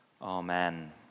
Amen